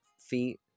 feet